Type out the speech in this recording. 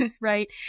right